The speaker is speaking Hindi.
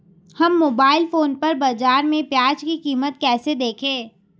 हम मोबाइल फोन पर बाज़ार में प्याज़ की कीमत कैसे देखें?